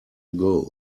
ago